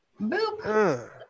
Boop